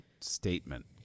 statement